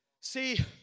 See